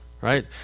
right